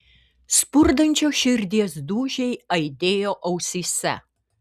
spurdančios širdies dūžiai aidėjo ausyse